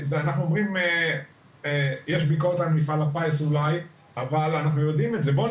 יש עליו ביקורת אבל אנחנו יודעים את זה בואו